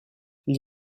gli